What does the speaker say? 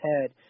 head